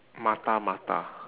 mata mata